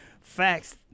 facts